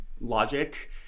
logic